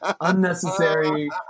unnecessary